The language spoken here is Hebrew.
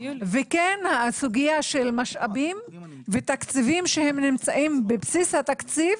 כן הסוגיה של משאבים ותקציבים שהם נמצאים בבסיס התקציב,